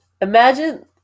Imagine